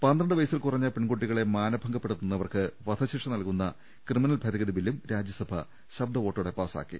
പന്ത്രണ്ടുവയസ്സിൽ കുറഞ്ഞ പെൺകു ട്ടികളെ മാനഭംഗപ്പെടുത്തുന്നവർക്ക് വധശിക്ഷ നൽകുന്ന ക്രിമിനൽ ഭേദഗതി ബില്ലും രാജ്യസഭ ശബ്ദവോട്ടോടെ പാസ്സാക്കി